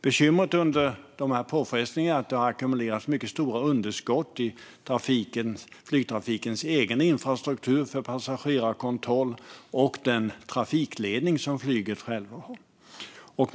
Bekymret under de här påfrestningarna är att det har ackumulerats mycket stora underskott i flygtrafikens egen infrastruktur för passagerarkontroll och den trafikledning som flyget självt har.